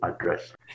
address